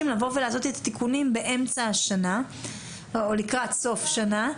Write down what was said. לבוא ולעשות את התיקונים באמצע השנה או לקראת סוף השנה.